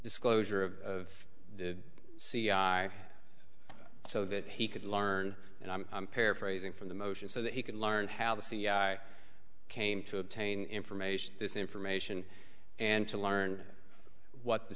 disclosure of the c i so that he could learn and i'm paraphrasing from the motion so that he could learn how the cia came to obtain information this information and to learn what the